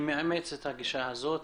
אני מאמץ את הגישה הזאת.